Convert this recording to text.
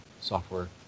software